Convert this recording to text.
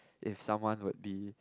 if someone would be